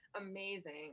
Amazing